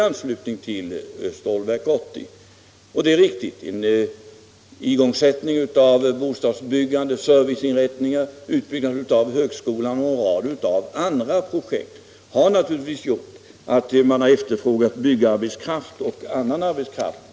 Det är riktigt — igångsättande av bostadsbyggande, serviceinrättningar, utbyggande av högskolan och en rad andra projekt har naturligtvis medfört en betydande efterfrågan på byggarbetskraft och annan arbetskraft.